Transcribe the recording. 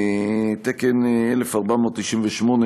תקן 1498,